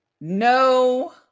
No